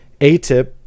ATIP